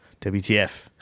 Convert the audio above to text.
WTF